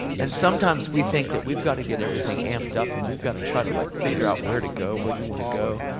and sometimes we think we've got to get everything amped up. and we've got to try to like figure out where to go, where do you want to go.